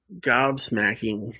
gobsmacking